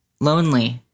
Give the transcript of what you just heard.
lonely